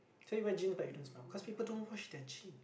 so you wear jeans but you don't smell cause people don't wash their jeans